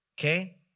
Okay